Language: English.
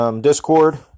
Discord